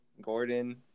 Gordon